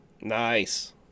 Nice